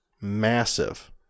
massive